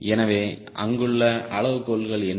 எனவே அங்குள்ள அளவுகோல்கள் என்ன